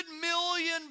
million